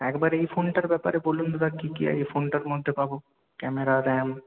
একবার এই ফোনটার ব্যাপারে বলুন দাদা কি কি এই ফোনটার মধ্যে পাব ক্যামেরা র্যাম